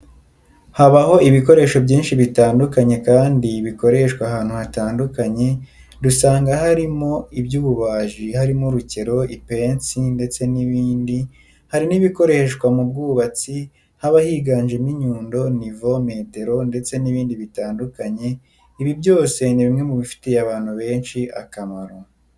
Habaho ibikoresho byinshi bitandukanye kandi bikoreshwa ahantu hatandukanye dusanga harimo iby'ububaji harimo urukero, ipetsi ndetse n'ibindi, hari nibikoreshwa mu bwubatsi haba higanjemo inyundo, nivo, metero ndetse n'ibindi bitandukanye, ibi byose ni bimwe mubifitiye abantu benshi akamaro.